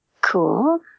Cool